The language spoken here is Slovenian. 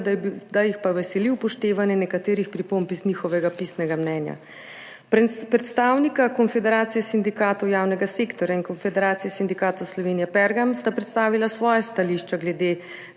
da jih veseli upoštevanje nekaterih pripomb iz njihovega pisnega mnenja. Predstavnika Konfederacije sindikatov javnega sektorja in Konfederacije sindikatov Slovenije Pergam sta predstavila svoja stališča glede